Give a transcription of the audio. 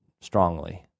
strongly